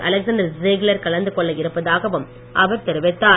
Alexander Ziegler கலந்து கொள்ள இருப்பதாகவும் அவர் தெரிவித்தார்